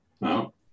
No